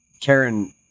Karen